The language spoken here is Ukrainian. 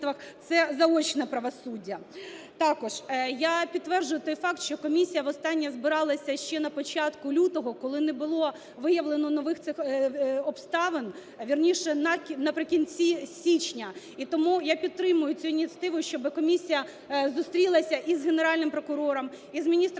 це заочне правосуддя. Також я підтверджую той факт, що комісія востаннє збиралася ще на початку лютого, коли не було виявлено нових обставин, вірніше, наприкінці січня, і тому я підтримую цю ініціативу, щоби комісія зустрілася і з Генеральним прокурором, і з міністром